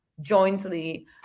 jointly